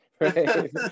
right